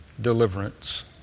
deliverance